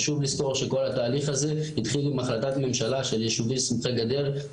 חשוב לזכור שכל התהליך הזה התחיל עם החלטת ממשלה של יישובים סמוכי גדר,